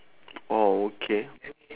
oh okay